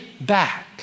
back